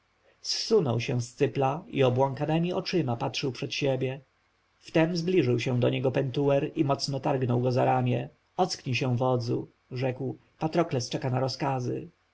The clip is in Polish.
zsunął się z cypla i obłąkanemi oczyma patrzył przed siebie wtem zbliżył się do niego pentuer i mocno targnął go za ramię ocknij się wodzu rzekł patrokles czeka na rozkazy